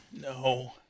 No